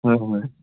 হয় হয়